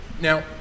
Now